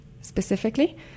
specifically